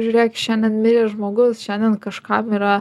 žiūrėk šiandien mirė žmogus šiandien kažkam yra